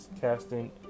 casting